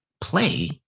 Play